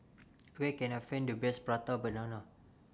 Where Can I Find The Best Prata Banana